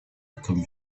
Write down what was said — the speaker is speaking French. comme